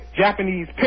Japanese